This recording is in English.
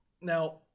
Now